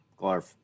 Glarf